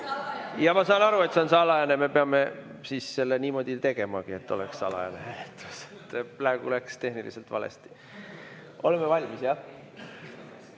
Jaa, ma saan aru, et see on salajane. Me peame siis selle ka niimoodi tegema, et oleks salajane hääletus. Praegu läks tehniliselt valesti. Oleme valmis, jah?